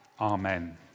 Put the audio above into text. amen